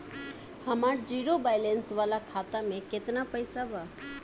हमार zero balance वाला खाता में केतना पईसा बा?